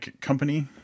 company